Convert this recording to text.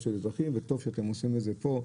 של אזרחים וטוב שאתם עושים את זה פה,